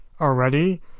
already